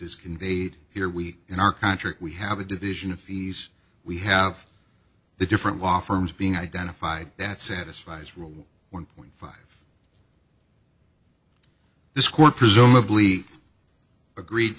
is conveyed here we in our contract we have a division of fees we have the different law firms being identified that satisfies rule one point five this court presumably agreed